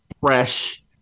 fresh